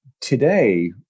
today